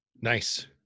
Nice